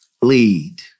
Lead